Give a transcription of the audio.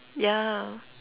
yeah